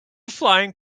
flying